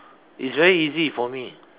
it's very easy for me